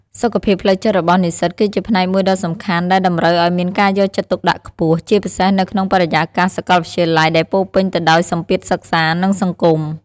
សុខភាពផ្លូវចិត្តរបស់និស្សិតគឺជាផ្នែកមួយដ៏សំខាន់ដែលតម្រូវឱ្យមានការយកចិត្តទុកដាក់ខ្ពស់ ជាពិសេសនៅក្នុងបរិយាកាសសាកលវិទ្យាល័យដែលពោរពេញទៅដោយសម្ពាធសិក្សា និងសង្គម។